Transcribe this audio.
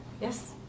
Yes